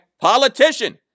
politician